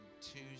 Tuesday